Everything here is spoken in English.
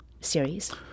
series